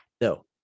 No